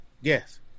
Yes